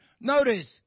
Notice